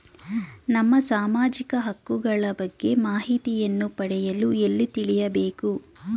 ನಮ್ಮ ಸಾಮಾಜಿಕ ಹಕ್ಕುಗಳ ಬಗ್ಗೆ ಮಾಹಿತಿಯನ್ನು ಪಡೆಯಲು ಎಲ್ಲಿ ತಿಳಿಯಬೇಕು?